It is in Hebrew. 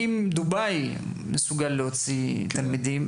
אם דובאי מסוגלת להוציא תלמידים,